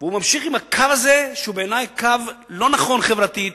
והוא ממשיך עם הקו הזה שהוא בעיני קו לא נכון חברתית,